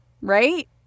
Right